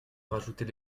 rajouter